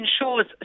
ensures